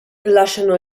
lasciano